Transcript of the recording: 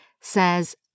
says